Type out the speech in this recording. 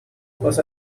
was